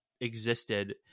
existed